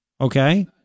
Okay